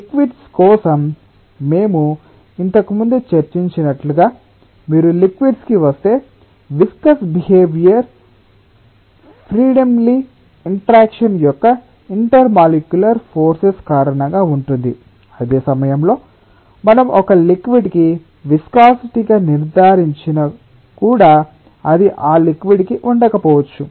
liquids కోసం మేము ఇంతకుముందు చర్చించినట్లుగా మీరు లిక్విడ్స్ కి వస్తే విస్కస్ బిహేవియర్ ప్రిడమినెన్ట్లి ఇంటరాక్షణ్ యొక్క ఇంటర్మోలక్యులర్ ఫోర్సెస్ కారణంగా ఉంటుంది అదే సమయంలో మనం ఒక లిక్విడ్ కి విస్కాసిటిగా నిర్ధారించిన కూడా అది ఆ లిక్విడ్ కి ఉండకపోవచ్చు